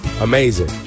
Amazing